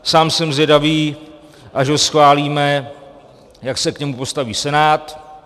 Sám jsem zvědavý, až ho schválíme, jak se k němu postaví Senát.